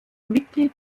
mitglied